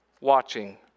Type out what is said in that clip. watching